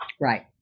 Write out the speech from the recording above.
Right